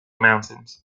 mountains